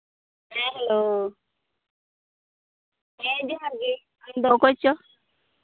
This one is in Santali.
ᱦᱮᱸ ᱦᱮᱞᱳ ᱦᱮᱸ ᱡᱚᱸᱦᱟᱨ ᱜᱮ ᱟᱢᱫᱚ ᱚᱠᱚᱭ ᱪᱚ